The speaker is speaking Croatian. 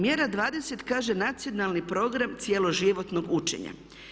Mjera 20 kaže nacionalni program cjeloživotnog učenja.